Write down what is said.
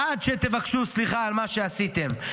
עד שתבקשו סליחה על מה שעשיתם,